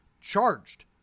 charged